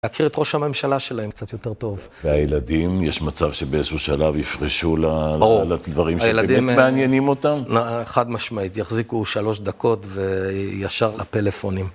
להכיר את ראש הממשלה שלהם קצת יותר טוב. והילדים, יש מצב שבאיזשהו שלב יפרשו לדברים שבאמת מעניינים אותם? חד משמעית, יחזיקו שלוש דקות וישר לפלאפונים.